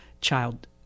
child